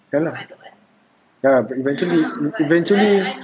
ya lah ya lah but eventually eventually